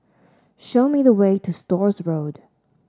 show me the way to Stores Road